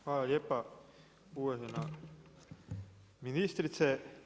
Hvala lijepa uvažena ministrice.